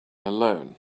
alone